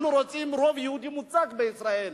אנחנו רוצים רוב יהודי מוצק בישראל.